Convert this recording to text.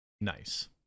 Nice